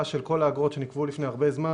של כל האגרות שנקבעו לפני הרבה זמן